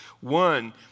One